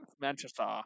Manchester